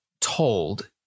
told